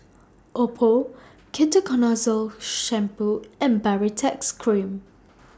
Oppo Ketoconazole Shampoo and Baritex Cream